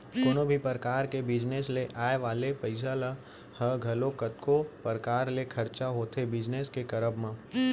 कोनो भी परकार के बिजनेस ले आय वाले पइसा ह घलौ कतको परकार ले खरचा होथे बिजनेस के करब म